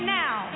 now